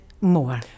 more